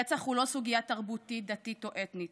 רצח הוא לא סוגיה תרבותית, דתית או אתנית.